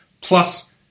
Plus